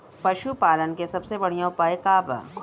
पशु पालन के सबसे बढ़ियां उपाय का बा?